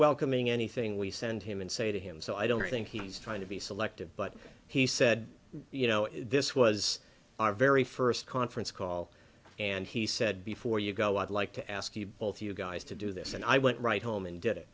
welcoming anything we send him and say to him so i don't think he's trying to be selective but he said you know this was our very first conference call and he said before you go i'd like to ask you both you guys to do this and i went right home and did it